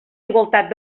igualtat